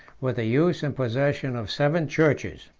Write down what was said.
with the use and possession of seven churches.